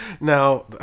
Now